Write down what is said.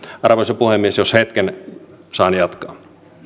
arvoisa puhemies jos hetken saan jatkaa edustaja